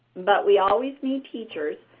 but we always need teachers,